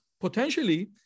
potentially